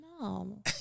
No